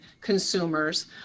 consumers